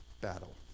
battle